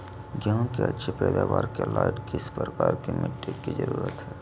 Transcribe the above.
गेंहू की अच्छी पैदाबार के लाइट किस प्रकार की मिटटी की जरुरत है?